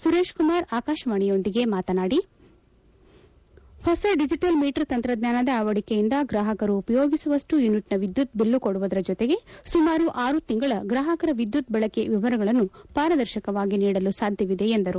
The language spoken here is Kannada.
ಸುರೇಶ್ಕುಮಾರ್ ಆಕಾಶವಾಣಿಯೊಂದಿಗೆ ಮಾತನಾಡಿ ಹೊಸ ಡಿಜಿಟಲ್ ಮೀಟರ್ ತಂತ್ರಜ್ವಾನದ ಅಳವಡಿಕೆಯಿಂದ ಗ್ರಾಹಕರು ಉಪಯೋಗಿಸಿದಷ್ಟು ಯುನಿಟ್ನ ವಿದ್ಯುತ್ ಬಿಲ್ಲು ಕೊಡುವುದರ ಜೊತೆಗೆ ಸುಮಾರು ಆರು ತಿಂಗಳ ಗ್ರಾಹಕರ ವಿದ್ಯುತ್ ಬಳಕೆ ವಿವರಗಳನ್ನು ಪಾರದರ್ಶಕವಾಗಿ ನೀಡಲು ಸಾಧ್ಯವಿದೆ ಎಂದರು